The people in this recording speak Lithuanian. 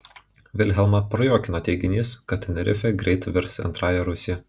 vilhelmą prajuokino teiginys kad tenerifė greit virs antrąja rusija